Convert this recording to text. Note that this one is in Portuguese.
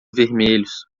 vermelhos